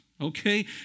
okay